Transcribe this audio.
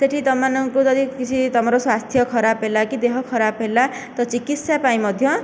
ସେଇଠି ତୁମମାନଙ୍କର ଯଦି କିଛି ତମର ସ୍ୱାସ୍ଥ୍ୟ ଖରାପ ହେଲା କି ଦେହ ଖରାପ ହେଲା ତ ଚିକିତ୍ସା ପାଇଁ ମଧ୍ୟ